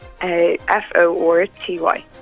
F-O-R-T-Y